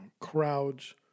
crowds